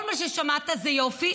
כל מה ששמעת זה יופי,